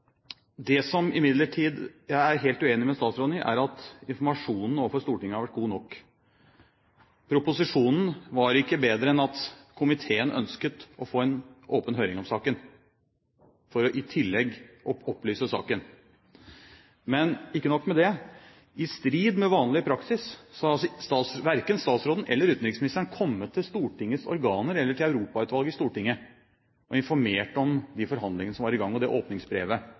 som jeg imidlertid er helt uenig med statsråden i, er at informasjonen overfor Stortinget har vært god nok. Proposisjonen var ikke bedre enn at komiteen ønsket å få en åpen høring om saken, for i tillegg å opplyse saken. Men ikke nok med det – i strid med vanlig praksis har verken statsråden eller utenriksministeren kommet til Stortingets organer eller til Europautvalget i Stortinget og informert om de forhandlingene som var i gang, og det åpningsbrevet